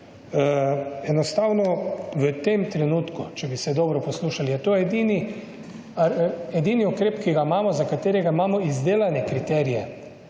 Enostavno, v tem trenutku, če bi se dobro poslušali, je to edini ukrep, ki ga imamo, za katerega imamo izdelane kriterije,